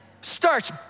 Starts